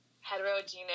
heterogeneous